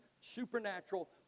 supernatural